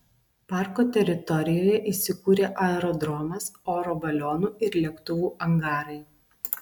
parko teritorijoje įsikūrė aerodromas oro balionų ir lėktuvų angarai